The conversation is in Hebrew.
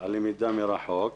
הלמידה מרחוק,